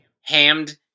Hammed